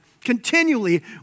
Continually